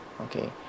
okay